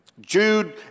Jude